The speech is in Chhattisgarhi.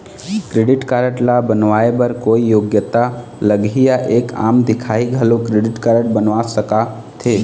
क्रेडिट कारड ला बनवाए बर कोई योग्यता लगही या एक आम दिखाही घलो क्रेडिट कारड बनवा सका थे?